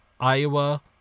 Iowa